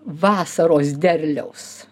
vasaros derliaus